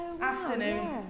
Afternoon